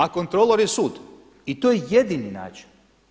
a kontrolor je sud i to je jedini način.